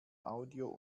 audio